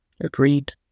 Agreed